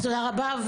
תודה רבה.